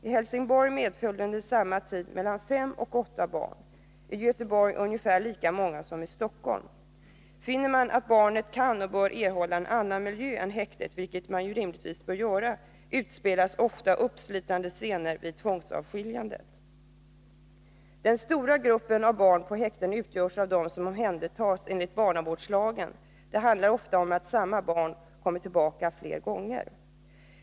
I Helsingborg medföljde under samma tid mellan fem och åtta barn sina föräldrar och i Göteborg ungefär lika många som i Stockholm. Finner man att barnet kan och bör erhålla en annan miljö än häktet, vilket man rimligen bör göra, utspelas ofta uppslitande scener vid tvångsavskiljandet. Den stora gruppen av barn på häkten utgörs av dem som omhändertas enligt barnavårdslagen. Det handlar ofta om att samma barn kommer tillbaka flera gånger.